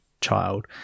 child